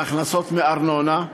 להכנסות מארנונה,